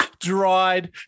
Dried